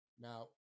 Now